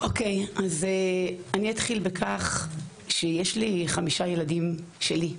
אוקיי, אז אני אתחיל בכך שיש לי חמישה ילדים שלי,